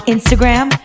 Instagram